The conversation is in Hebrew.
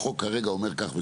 החוק כרגע אומר כך וכך,